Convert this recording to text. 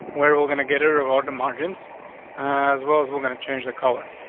we're we're going to get her of order margins as well as we're gonna change the color.